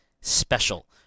special